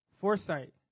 Foresight